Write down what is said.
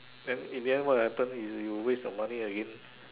then in the end what will happen is you waste your money again